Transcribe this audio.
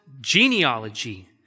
genealogy